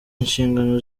inshingano